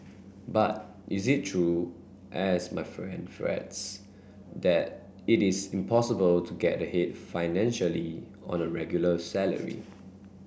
but is it true as my friend frets that it is impossible to get ahead financially on a regular salary